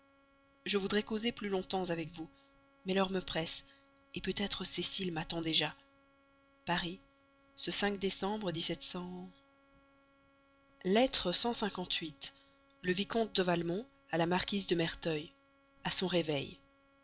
je voudrais causer plus longtemps avec vous mais l'heure me presse peut-être cécile m'attend déjà paris ce décembre lettre le vicomte de valmont à la marquise de merteuil a son réveil